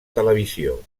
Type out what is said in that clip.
televisió